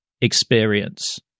experience